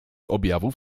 objawów